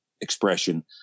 expression